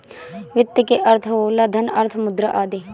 वित्त के अर्थ होला धन, अर्थ, मुद्रा आदि